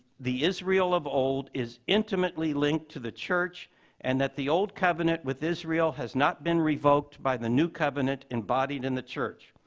the israel of old is intimately linked to the church and that the old covenant with israel has not been revoked by the new covenant embodied in the church.